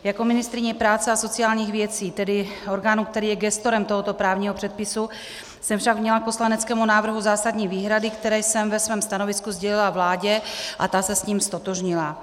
Jako ministryně práce a sociálních věcí, tedy orgánu, který je gestorem tohoto právního předpisu, jsem však měla k poslaneckému návrhu zásadní výhrady, které jsem ve svém stanovisku sdělila vládě, a ta se s tím ztotožnila.